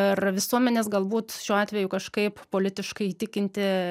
ir visuomenės galbūt šiuo atveju kažkaip politiškai įtikinti